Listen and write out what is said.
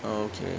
okay